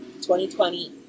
2020